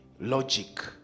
Logic